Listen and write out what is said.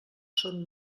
són